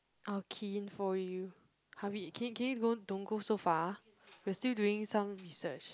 I'll key in for you Harvey can you can you don't don't go so far we are still doing some research